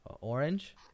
orange